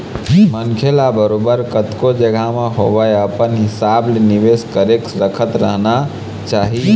मनखे ल बरोबर कतको जघा म होवय अपन हिसाब ले निवेश करके रखत रहना चाही